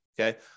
Okay